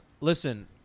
listen